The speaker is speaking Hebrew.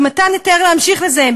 במתן היתר להמשיך לזהם,